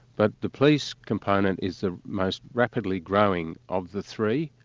but the police component is the most rapidly growing of the three,